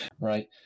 right